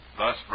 thus